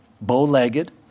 bow-legged